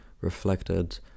reflected